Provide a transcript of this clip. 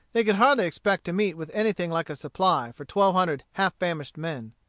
they could hardly expect to meet with anything like a supply for twelve hundred half-famished men.